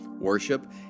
worship